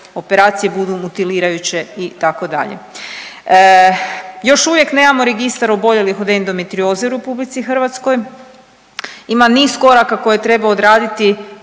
operacije budu mutilirajuće, itd. Još uvijek nemamo registar oboljelih od endometrioze u RH, ima niz koraka koje treba odraditi